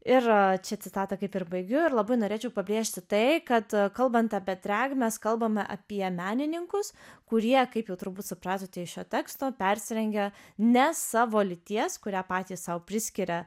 ir čia citatą kaip ir baigiu ir labai norėčiau pabrėžti tai kad kalbant apie drag mes kalbame apie menininkus kurie kaip jau turbūt supratote iš šio teksto persirengia ne savo lyties kurią patys sau priskiria